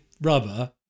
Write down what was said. rubber